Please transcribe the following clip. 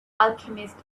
alchemist